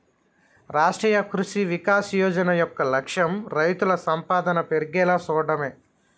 రాష్ట్రీయ కృషి వికాస్ యోజన యొక్క లక్ష్యం రైతుల సంపాదన పెర్గేలా సూడటమే